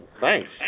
thanks